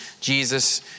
Jesus